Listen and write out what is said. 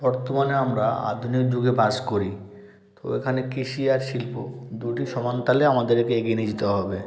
বর্তমানে আমরা আধুনিক যুগে বাস করি তো এখানে কৃষি আর শিল্প দুটি সমানতালে আমাদেরকে এগিয়ে নিয়ে যেতে হবে